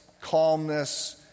calmness